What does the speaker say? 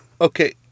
okay